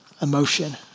emotion